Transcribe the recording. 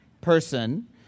person